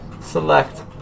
Select